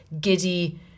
giddy